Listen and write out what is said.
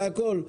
זה הכול.